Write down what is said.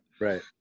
Right